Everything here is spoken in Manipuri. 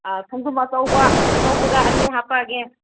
ꯑꯥ ꯈꯣꯡꯗ꯭ꯔꯨꯝ ꯑꯆꯧꯕ ꯑꯆꯧꯕꯗ ꯑꯅꯤ ꯍꯥꯞꯄꯛꯑꯒꯦ